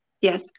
yes